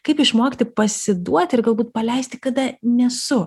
kaip išmokti pasiduoti ir galbūt paleisti kada nesu